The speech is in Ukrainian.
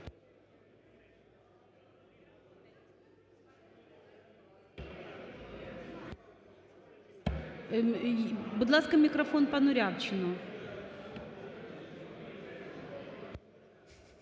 Будь ласка, мікрофон пану Рябчину.